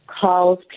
calls